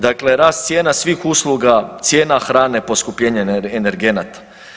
Dakle rast cijena svih usluga, cijena hrane, poskupljenje energenata.